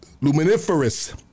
Luminiferous